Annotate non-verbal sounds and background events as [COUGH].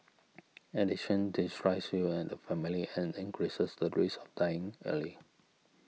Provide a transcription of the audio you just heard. [NOISE] addiction destroys you and family and increases the risk of dying early